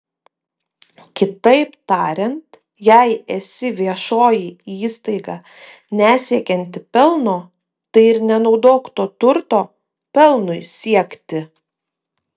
kitaip tariant jei esi viešoji įstaiga nesiekianti pelno tai ir nenaudok to turto pelnui siekti